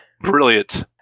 Brilliant